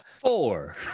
Four